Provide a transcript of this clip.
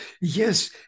Yes